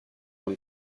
dans